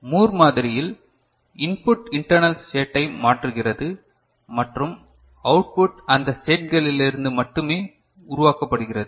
Moore மாதிரியில் input internal ஸ்டேட்டை மாற்றுகிறது மற்றும் அவுட்புட் அந்த ஸ்டேட்களிலிருந்து மட்டுமே உருவாக்கப்படுகிறது